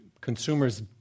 consumers